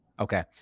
okay